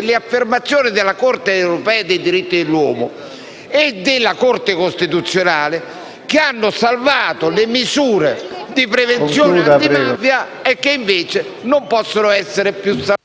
le affermazioni della Corte europea dei diritti dell'uomo e della Corte costituzionale che hanno salvato le misure di prevenzione antimafia, che invece non possono essere più salvate